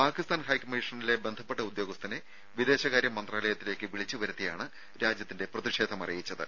പാകിസ്ഥാൻ ഹൈക്കമ്മീഷനിലെ ബന്ധപ്പെട്ട ഉദ്യോഗസ്ഥനെ വിദേശകാര്യ മന്ത്രാലയത്തിലേക്ക് വിളിച്ചു വരുത്തിയാണ് രാജ്യത്തിന്റെ പ്രതിഷേധം അറിയിച്ചത്